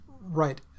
Right